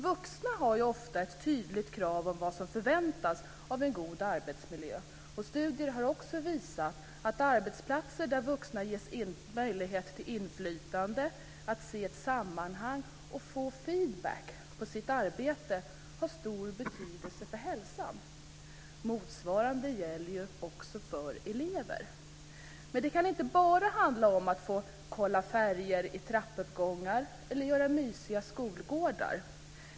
Vuxna har ofta ett tydligt krav på vad som förväntas av en god arbetsmiljö. Studier har också visat att arbetsplatser där vuxna ges möjlighet till inflytande, att se sammanhang och få feedback på sitt arbete, har stor betydelse för hälsan. Motsvarande gäller också för elever. Men det kan inte bara handla om att få kolla färger i trappuppgångar eller göra mysiga skolgårdar.